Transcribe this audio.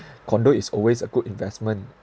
condo is always a good investment